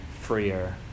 freer